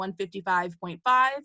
155.5